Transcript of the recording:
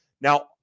Now